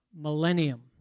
millennium